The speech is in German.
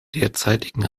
derzeitigen